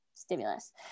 stimulus